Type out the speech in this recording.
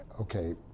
okay